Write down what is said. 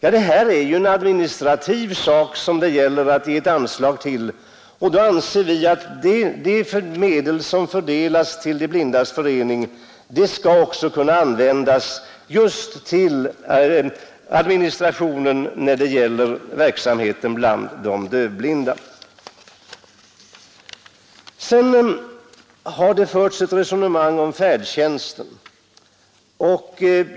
Men här gäller det att ge ett anslag till ett administrativt ändamål. Vi anser att de medel som tilldelas De blindas förening också skall kunna användas just till administration när det gäller verksamheten bland de dövblinda. Man har här diskuterat färdtjänsten.